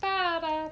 哒哒